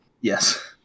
Yes